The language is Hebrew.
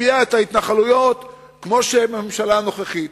הקפיאה את ההתנחלויות כמו הממשלה הנוכחית.